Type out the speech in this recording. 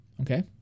Okay